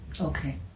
okay